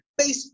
Facebook